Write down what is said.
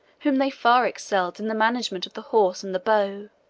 whom they far excelled in the management of the horse and the bow